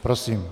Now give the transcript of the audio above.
Prosím.